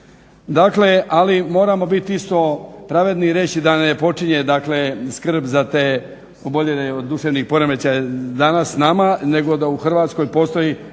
Dakle, ali moramo biti isto pravedni i reći da ne počinje dakle skrb za te oboljele od duševnih poremećaja danas s nama, nego da u Hrvatskoj postoji